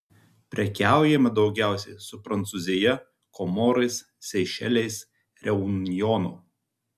prekiaujama daugiausiai su prancūzija komorais seišeliais reunjonu